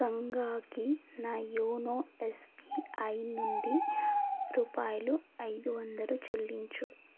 గంగాకి నా YONO SBI నుండి రూపాయిలు ఐదు వందలు చెల్లించుము